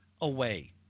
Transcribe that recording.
away